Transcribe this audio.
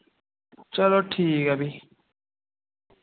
चलो ठीक ऐ फ्ही